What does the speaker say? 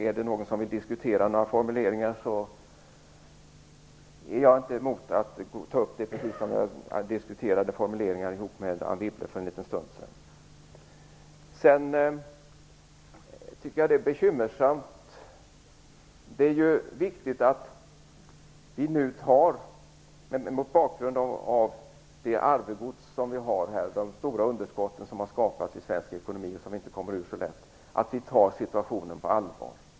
Är det någon som vill diskutera några formuleringar är jag inte emot att ta upp det precis som jag diskuterade formuleringar med Anne Wibble för en liten stund sedan. Det här är bekymmersamt. Det är viktigt att vi, mot bakgrund av det arvegods som vi har i form av de stora underskott som skapats i svensk ekonomi och som vi inte blir av med så lätt, tar situationen på allvar.